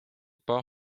par